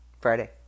Friday